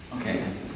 Okay